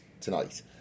tonight